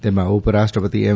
તેમાં ઉપરાષ્ટ્રપતિ એમ